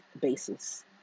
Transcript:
basis